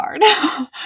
hard